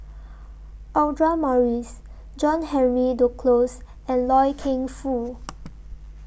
Audra Morrice John Henry Duclos and Loy Keng Foo